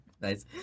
Nice